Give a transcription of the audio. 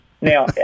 Now